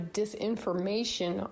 disinformation